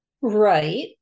right